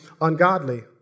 ungodly